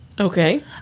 Okay